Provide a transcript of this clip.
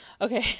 Okay